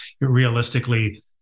realistically